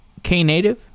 Knative